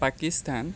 Pakistan